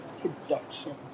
production